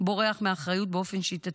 בורח מאחריות באופן שיטתי,